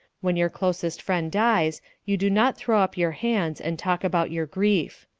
when your closest friend dies you do not throw up your hands and talk about your grief.